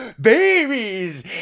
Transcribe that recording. babies